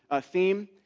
theme